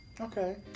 Okay